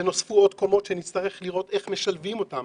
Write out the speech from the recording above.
וגם נוספו עוד קומות ונצטרך לראות איך משלבים אותן